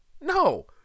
No